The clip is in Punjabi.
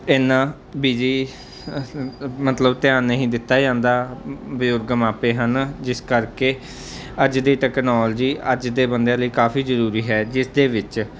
ਇੰਨਾਂ ਬਿਜੀ ਮਤਲਬ ਧਿਆਨ ਨਹੀਂ ਦਿੱਤਾ ਜਾਂਦਾ ਬਜ਼ੁਰਗ ਮਾਪੇ ਹਨ ਜਿਸ ਕਰਕੇ ਅੱਜ ਦੀ ਟੈਕਨੋਲਜੀ ਅੱਜ ਦੇ ਬੰਦਿਆਂ ਲਈ ਕਾਫੀ ਜ਼ਰੂਰੀ ਹੈ ਜਿਸ ਦੇ ਵਿੱਚ